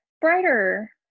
brighter